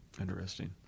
interesting